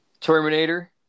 Terminator